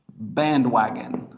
bandwagon